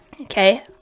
Okay